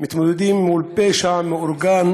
מתמודדים מול פשע מאורגן,